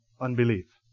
unbelief